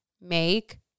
make